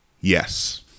yes